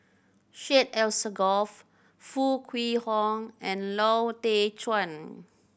Syed Alsagoff Foo Kwee Horng and Lau Teng Chuan